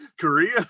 korea